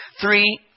Three